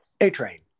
A-Train